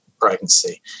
pregnancy